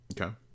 Okay